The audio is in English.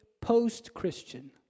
post-Christian